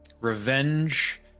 revenge